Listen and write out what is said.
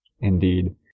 indeed